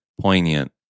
poignant